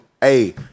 Hey